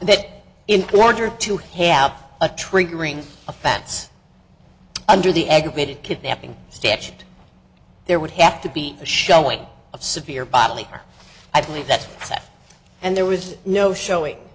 that in court or to have a triggering offense under the aggravated kidnapping statute there would have to be a showing of severe bodily harm i believe that's that and there was no showing